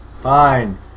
Fine